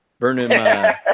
Burnham